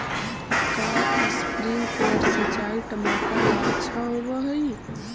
का स्प्रिंकलर सिंचाई टमाटर ला अच्छा होव हई?